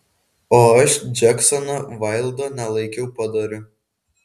o aš džeksono vaildo nelaikiau padoriu